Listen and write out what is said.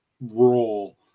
role